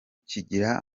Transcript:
kigira